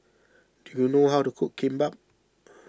do you know how to cook Kimbap